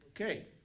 Okay